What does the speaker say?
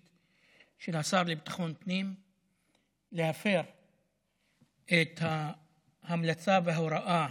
של השר לביטחון הפנים להפר את ההמלצה וההוראה